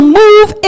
move